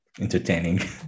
entertaining